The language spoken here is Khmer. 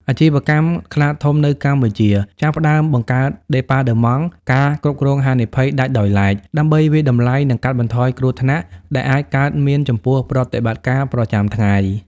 អាជីវកម្មខ្នាតធំនៅកម្ពុជាចាប់ផ្តើមបង្កើតដេប៉ាតឺម៉ង់ការគ្រប់គ្រងហានិភ័យដាច់ដោយឡែក ដើម្បីវាយតម្លៃ និងកាត់បន្ថយគ្រោះថ្នាក់ដែលអាចកើតមានចំពោះប្រតិបត្តិការប្រចាំថ្ងៃ។